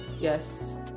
Yes